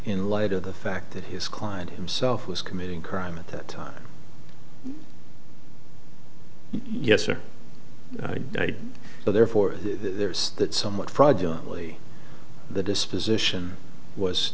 in light of the fact that his client himself was committing crime at that time yes or so therefore there's that somewhat fraudulently the disposition was